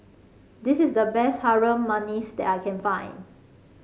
this is the best Harum Manis that I can find